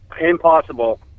Impossible